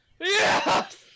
Yes